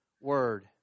word